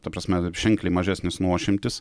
ta prasme ženkliai mažesnis nuošimtis